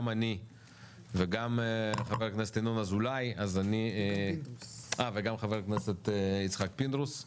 גם וגם חבר הכנסת ינון אזולאי וגם חבר הכנסת יצחק פינדרוס.